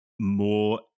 more